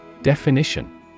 Definition